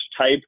type